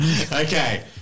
Okay